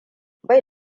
bai